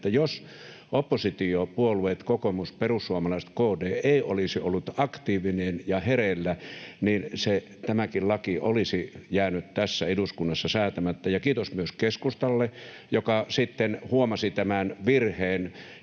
jos oppositiopuolueet — kokoomus, perussuomalaiset, KD — eivät olisi olleet aktiivisia ja hereillä, niin tämäkin laki olisi jäänyt tässä eduskunnassa säätämättä. [Anne Kalmari: Se on totta!] Ja kiitos myös keskustalle, joka sitten huomasi tämän virheen